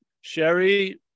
Sherry